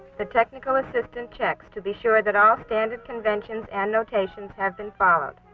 the technical assistance checks to be sure that all standard conventions and notations have been followed.